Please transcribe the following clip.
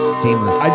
seamless